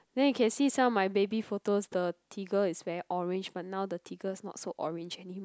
then you can see some of my baby photos the Tigger is very orange but now the Tigger not very orange anymore